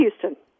Houston